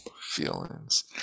feelings